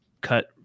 cut